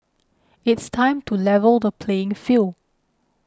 it's time to level the playing field